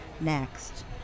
next